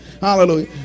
Hallelujah